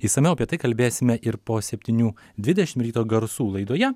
išsamiau apie tai kalbėsime ir po septynių dvidešim ryto garsų laidoje